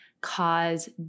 cause